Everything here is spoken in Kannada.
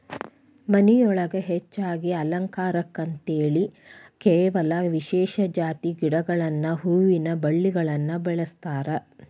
ಮನಿಯೊಳಗ ಹೆಚ್ಚಾಗಿ ಅಲಂಕಾರಕ್ಕಂತೇಳಿ ಕೆಲವ ವಿಶೇಷ ಜಾತಿ ಗಿಡಗಳನ್ನ ಹೂವಿನ ಬಳ್ಳಿಗಳನ್ನ ಬೆಳಸ್ತಾರ